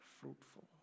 fruitful